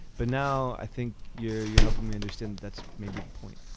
but now i think you're you're helping me understand that's maybe the point